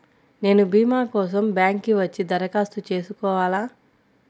నేను భీమా కోసం బ్యాంక్కి వచ్చి దరఖాస్తు చేసుకోవాలా?